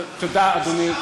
תודה, אדוני.